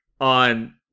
on